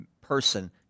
person